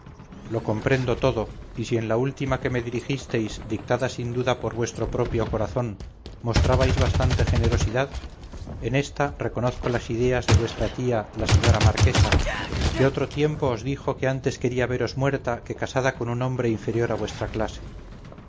lo comprendo todo y si en la última que me dirigisteis dictada sin duda por vuestro propio corazón mostrabais bastante generosidad en esta reconozco las ideas de vuestra tía la señora marquesa que otro tiempo os dijo que antes quería veros muerta que casada con un hombre inferior a vuestra clase